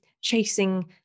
chasing